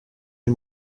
les